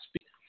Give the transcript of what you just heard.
speak